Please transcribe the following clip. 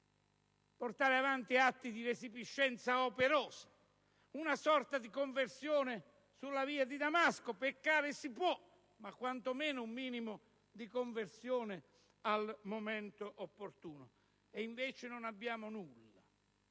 portato avanti atti di resipiscenza operosa; speravamo in una sorta di conversione sulla via di Damasco: peccare si può, ma quantomeno ci vuole un minimo di conversione al momento opportuno. Invece non abbiamo nulla,